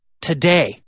today